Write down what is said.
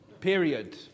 Period